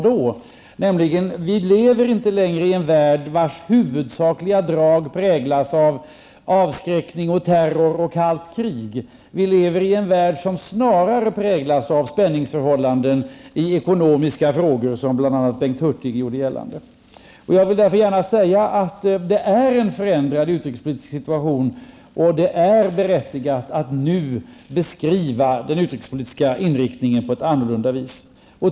Vi lever ju inte längre i en värld, vars huvudsakliga drag präglas av avskräckning, terror och kallt krig. Snarare lever vi i en värld som präglas av spänningsförhållanden i ekonomiskt hänseende -- som bl.a. Bengt Hurtig har gjort gällande. Jag vill framhålla att den utrikespolitiska situationen har förändrats. Vidare är det berättigat att nu beskriva den utrikespolitiska inriktningen på ett annat vis. Herr talman!